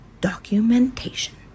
Documentation